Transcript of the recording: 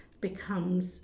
becomes